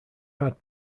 had